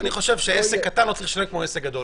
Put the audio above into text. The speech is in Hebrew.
אני חושב שעסק קטן לא צריך לשלם כמו עסק גדול.